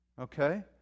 Okay